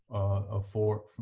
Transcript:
a fort